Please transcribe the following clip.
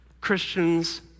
Christians